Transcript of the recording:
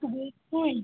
শুধু এইটুকুই